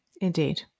Indeed